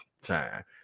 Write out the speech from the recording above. time